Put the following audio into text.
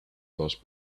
those